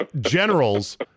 generals